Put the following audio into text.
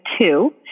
two